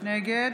נגד